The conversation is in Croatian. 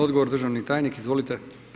Odgovor državni tajnik, izvolite.